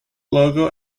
logo